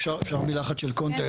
אפשר מילה אחת של קונטרה?